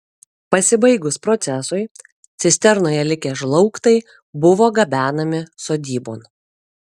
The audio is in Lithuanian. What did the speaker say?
pasibaigus procesui cisternoje likę žlaugtai buvo gabenami sodybon